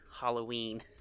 Halloween